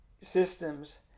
systems